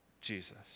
Jesus